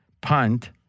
punt